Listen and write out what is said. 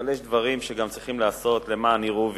אבל יש דברים שגם צריכים להיעשות למען יראו וייראו.